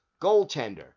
goaltender